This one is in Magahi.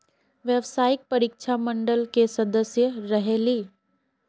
व्यावसायिक परीक्षा मंडल के सदस्य रहे ली?